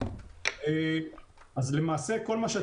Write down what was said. אז החוק הזה